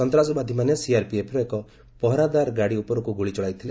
ସନ୍ତାସବାଦୀମାନେ ସିଆର୍ପିଏଫ୍ର ଏକ ପହରାଦାର ଗାଡ଼ି ଉପରକୁ ଗୁଳି ଚଳାଇଥିଲେ